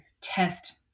test